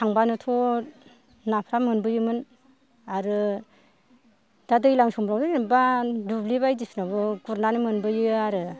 थांबानोथ' नाफ्रा मोनबोयोमोन आरो दा दैलां समफ्रावथ' जेनबा दुब्लि बायदिसिनायावबो गुरनानै मोनबोयो आरो